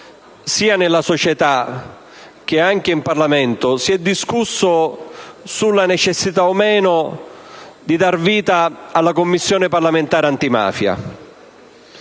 sia nella società che in Parlamento, si è discusso sulla necessità o meno di dare vita alla Commissione parlamentare antimafia.